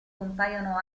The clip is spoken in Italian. compaiono